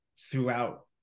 throughout